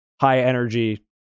high-energy